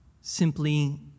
simply